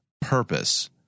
purpose